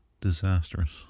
disastrous